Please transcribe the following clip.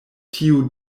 tiu